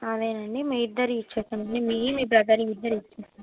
అదే అండి మీ ఇద్దరివి ఇస్తాం అండి మీవి మీ బ్రదర్వి ఇద్దరివి ఇస్తాము